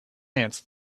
ants